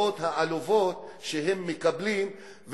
מהקצבאות העלובות שהם מקבלים,